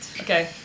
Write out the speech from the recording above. Okay